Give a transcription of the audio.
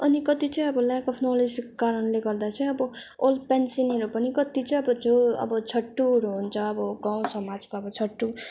अनि कति चाहिँ अब ल्याक अब् नलेज कारणले गर्दा चाहिँ अब ओल्ड पेन्सनर्सहरू पनि कति चाहिँ अब जो अब छट्टुहरू हुन्छ अब गाउँ समाजको अब छट्टु